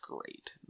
great